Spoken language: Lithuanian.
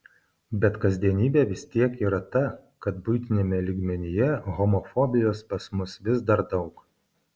bet kasdienybė vis tiek yra ta kad buitiniame lygmenyje homofobijos pas mus vis dar daug